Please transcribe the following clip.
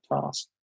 task